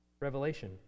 Revelation